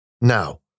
Now